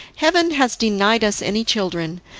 heaven has denied us any children,